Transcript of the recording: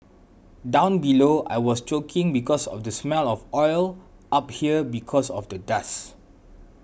down below I was choking because of the smell of oil up here because of the dust